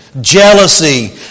jealousy